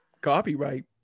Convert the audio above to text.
copyright